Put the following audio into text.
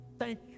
Thank